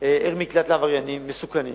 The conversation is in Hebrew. עיר מקלט לעבריינים מסוכנים.